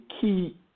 key